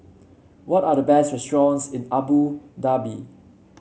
what are the best restaurants in Abu Dhabi